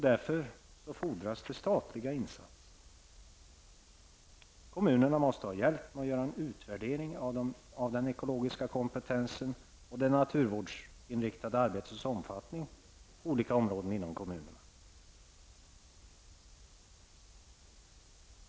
Där fordras det statliga insatser. Kommunerna måste ha hjälp med att göra en utvärdering av den ekologiska kompetensen och av det naturvårdsinriktade arbetsomfattning på olika områden inom kommunerna.